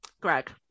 Greg